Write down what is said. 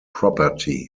property